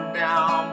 down